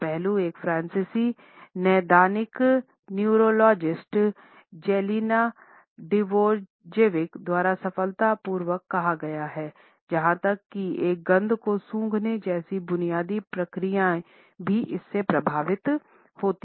यह पहलू एक फ्रांसीसी नैदानिक न्यूरोसाइकोलॉजिस्ट जेलेना जोर्डजेविक द्वारा सफलतापूर्वक कहा गया है यहाँ तक कि एक गंध को सूँघने जैसी बुनियादी प्रक्रियाएँ भी इससे प्रभावित होती हैं